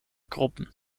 gruppen